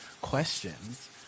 questions